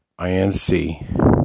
Inc